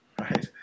right